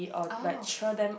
oh